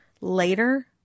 Later